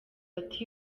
ati